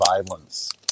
violence